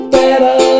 better